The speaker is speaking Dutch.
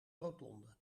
rotonde